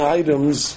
items